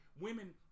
women